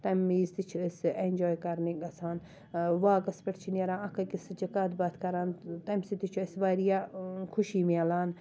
تَمۍ وِزِ تہِ چھِ أسۍ سُہ اٮ۪نجاے کرنہِ گژھان واکَس پٮ۪ٹھ چھِ نیران اَکھ أکِس سۭتۍ چھِ کَتھ باتھ کران تَمۍ سۭتۍ تہِ چھُ اَسہِ واریاہ خوشی میلان